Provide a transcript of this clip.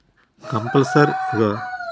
Compulsory proof గా ఎవరైనా ఉండాలా?